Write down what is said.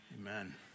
amen